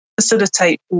facilitate